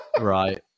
Right